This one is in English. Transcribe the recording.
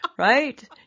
right